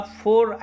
four